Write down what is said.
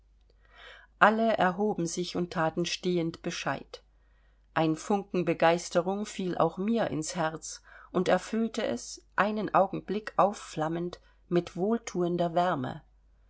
alle erhoben sich und thaten stehend bescheid ein funken begeisterung fiel auch mir ins herz und erfüllte es einen augenblick aufflammend mit wohlthuender wärme